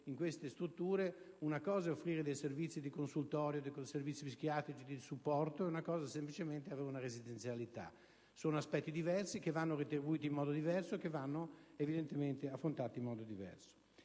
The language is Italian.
in queste strutture una cosa è offrire dei servizi di consultorio, dei servizi psichiatrici, di supporto, altra cosa è semplicemente avere una residenzialità. Sono aspetti diversi, che vanno retribuiti in modo diverso e che vanno evidentemente affrontati in modo diverso.